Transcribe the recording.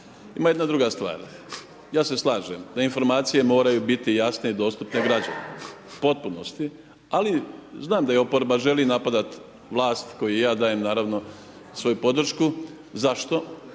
ima jedna druga stvar, ja se slažem da informacije moraju biti jasne i dostupne građanima u potpunosti, ali znam da i oporba želi napadati vlast kojoj ja naravno svoju podršku, zašto,